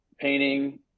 painting